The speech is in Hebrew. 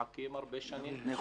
מחכים אנשים הרבה שנים?